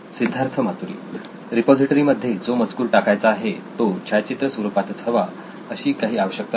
Siddharth Maturi repository मध्ये जो मजकूर टाकायचा आहे तो छायाचित्र स्वरूपातच हवा अशी काही आवश्यकता नाही